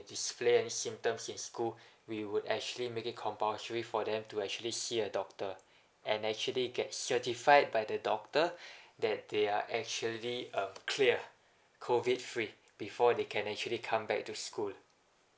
display a symptoms in school we would actually make it compulsory for them to actually see a doctor and actually get certified by the doctor that they are actually uh clear COVID free before they can actually come back to school